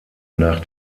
nach